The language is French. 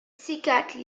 psychiatres